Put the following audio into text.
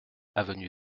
avenue